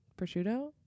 prosciutto